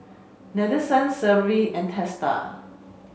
Nadesan Sanjeev and Teesta